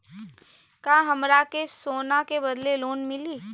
का हमरा के सोना के बदले लोन मिलि?